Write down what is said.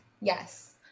yes